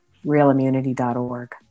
realimmunity.org